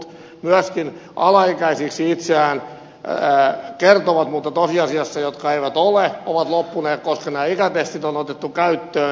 myöskin ne jotka ovat kertoneet olevansa alaikäisiä mutta tosiasiassa eivät sitä ole ovat loppuneet koska nämä ikätestit on otettu käyttöön